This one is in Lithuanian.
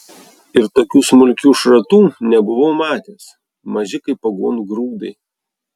ir tokių smulkių šratų nebuvau matęs maži kaip aguonų grūdai